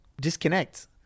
disconnect